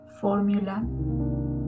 formula